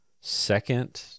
second